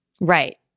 Right